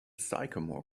sycamore